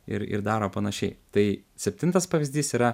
ir ir daro panašiai tai septintas pavyzdys yra